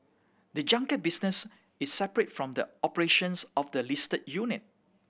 the junket business is separate from the operations of the listed unit